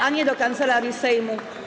a nie do Kancelarii Sejmu.